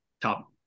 top